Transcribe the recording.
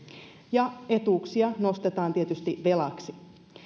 ja etuuksia nostetaan tietysti velaksi